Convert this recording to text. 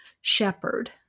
shepherd